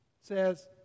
says